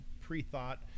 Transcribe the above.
pre-thought